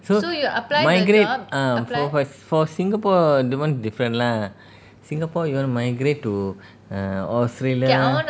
so migrate ah for firs~ for singapore that one different lah singapore you want migrate to err australia